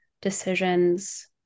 decisions